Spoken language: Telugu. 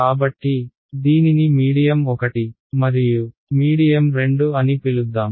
కాబట్టి దీనిని మీడియం 1 మరియు మీడియం 2 అని పిలుద్దాం